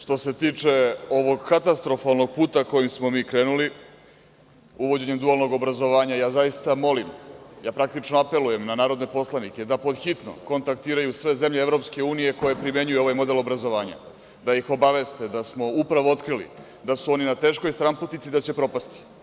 Što se tiče ovog katastrofalnog puta kojim smo mi krenuli, uvođenjem dualnog obrazovanja, ja zaista molim, ja praktično apelujem na narodne poslanike da podhitno kontaktiraju sve zemlje EU koje primenjuju ovaj model obrazovanja, da ih obaveste da smo upravo otkrili da su oni na teškoj stranputici i da će propasti.